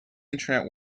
internet